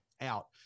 out